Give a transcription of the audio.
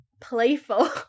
playful